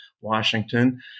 Washington